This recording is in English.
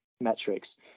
metrics